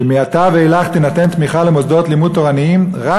שמעתה ואילך לא תינתן תמיכה למוסדות לימוד תורניים רק